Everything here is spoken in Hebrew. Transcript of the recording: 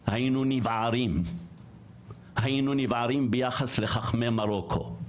כך: "היינו נבערים ביחס לחכמי מרוקו,